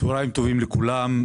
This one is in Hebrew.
צוהריים טובים לכולם,